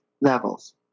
levels